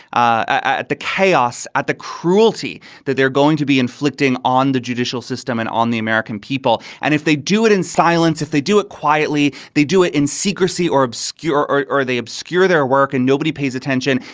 ah the chaos, at the cruelty that they're going to be inflicting on the judicial system and on the american people. and if they do it in silence, if they do it quietly, they do it in secrecy or obscure or or they obscure their work and nobody pays attention.